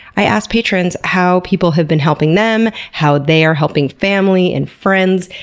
i asked patrons how people have been helping them, how they are helping family and friends,